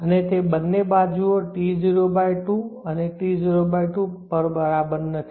અને તે બંને બાજુઓ T02 અને T02 પર બરાબર નથી